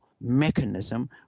mechanism